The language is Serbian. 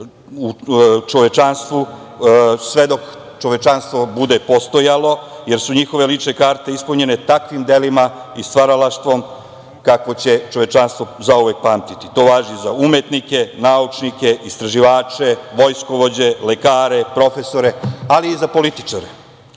u čovečanstvu sve dok čovečanstvo bude postojalo, jer su njihove lične karte ispunjene takvim delima i stvaralaštvom kakvo će čovečanstvo zauvek pamtiti. To važi i za umetnike, naučnike, istraživače, vojskovođe, lekare, profesore, ali i za političare.Za